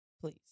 Please